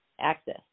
access